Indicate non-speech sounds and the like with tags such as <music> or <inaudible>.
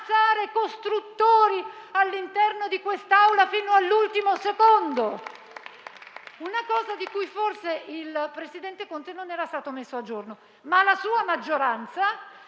costruttori all'interno di quest'Aula fino all'ultimo secondo. <applause> È una cosa di cui forse il presidente Conte non era stato messo a conoscenza, ma la sua maggioranza,